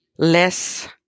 less